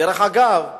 דרך אגב,